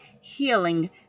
healing